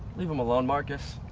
leave him alone marcus.